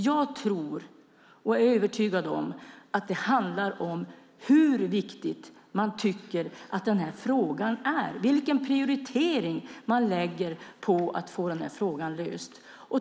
Jag är övertygad om att det handlar om hur viktig man tycker att frågan är och hur man prioriterar en lösning av frågan.